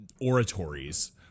oratories